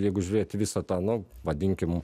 jeigu žiūrėt į visą tą nu vadinkim